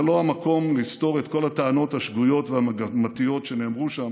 זה לא המקום לסתור את כל הטענות השגויות והמגמתיות שנאמרו שם.